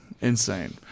Insane